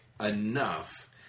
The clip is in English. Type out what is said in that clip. enough